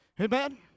Amen